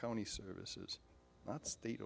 county services not state